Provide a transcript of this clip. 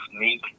Meek